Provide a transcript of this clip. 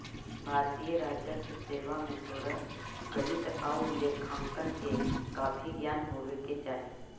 भारतीय राजस्व सेवा में तोरा गणित आउ लेखांकन के काफी ज्ञान होवे के चाहि